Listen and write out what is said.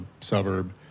suburb